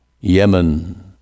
Yemen